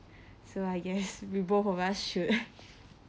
so I guess both of us should